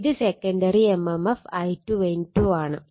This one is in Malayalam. ഇത് സെക്കണ്ടറി എംഎംഎഫ് I2 N2 ആണ്